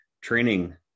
Training